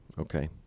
Okay